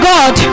God